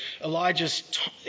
Elijah's